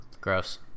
gross